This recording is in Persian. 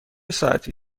ساعتی